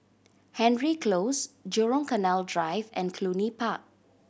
Hendry Close Jurong Canal Drive and Cluny Park